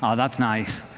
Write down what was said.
um that's nice.